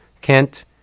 Kent